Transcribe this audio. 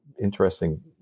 interesting